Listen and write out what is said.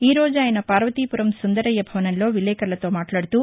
ఈ రోజు ఆయన పార్వతీపురం సుందరయ్య భవనంలో విలేకరులతో మాట్లాడుతూ